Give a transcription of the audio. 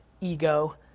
ego